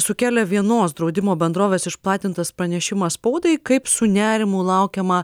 sukėlė vienos draudimo bendrovės išplatintas pranešimas spaudai kaip su nerimu laukiama